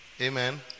Amen